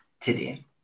today